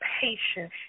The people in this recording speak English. patience